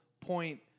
point